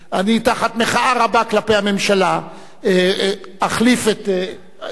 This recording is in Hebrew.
אני תחת מחאה רבה כלפי הממשלה אחליף את האי-אמון,